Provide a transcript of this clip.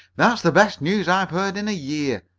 that's the best news i've heard in a year!